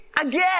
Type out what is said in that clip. again